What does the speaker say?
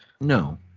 No